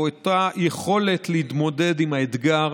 או את אותה היכולת להתמודד עם האתגר